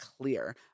clear